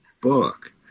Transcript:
book